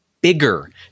bigger